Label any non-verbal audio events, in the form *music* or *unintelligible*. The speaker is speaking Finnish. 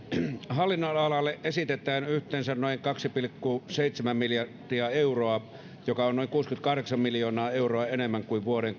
hallinnonalalle esitetään yhteensä noin kaksi pilkku seitsemän miljardia euroa joka on noin kuusikymmentäkahdeksan miljoonaa euroa enemmän kuin vuoden *unintelligible*